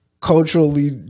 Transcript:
Culturally